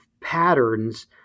patterns